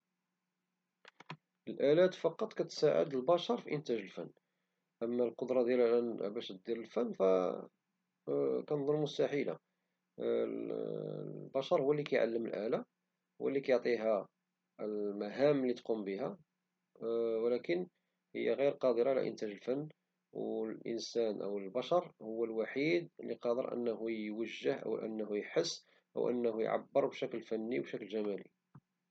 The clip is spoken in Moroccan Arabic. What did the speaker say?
الآلات فقط كتساعد البشر في إنتاج الفن ، أما القدرة ديالها أنها دير الفن فكنظن مستحيلة، البشر هو لي كيعلم الآلة وهو لي كيعطيها المهام لي تقوم بها ولكن هي غير قادرة على انتاج الفن، والانسان أو البشر هو الوحيد لي قادر يوجه أو يحس وأنه يعبر بشكل فني وجمالي.